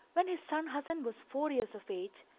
when his son hasan was four years of age,